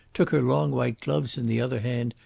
took her long white gloves in the other hand,